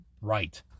right